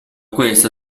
questa